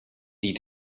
die